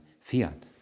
fiat